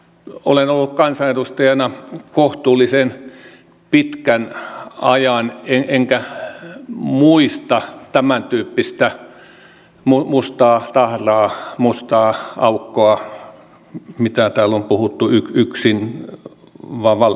olen ollut kansanedustajana kohtuullisen pitkän ajan enkä muista tämäntyyppistä mustaa tahraa mustaa aukkoa mitä täällä on puhuttu yksinvaltiudesta